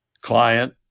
client